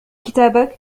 كتابك